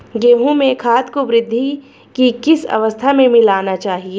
गेहूँ में खाद को वृद्धि की किस अवस्था में मिलाना चाहिए?